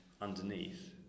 underneath